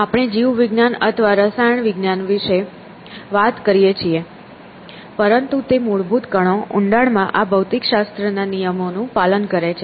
આપણે જીવવિજ્ઞાન અથવા રસાયણશાસ્ત્ર વિશે વાત કરી શકીએ છીએ પરંતુ તે મૂળભૂત કણો ઊંડાણમાં આ ભૌતિકશાસ્ત્રના નિયમોનું પાલન કરે છે